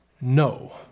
No